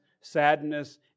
sadness